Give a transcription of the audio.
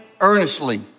earnestly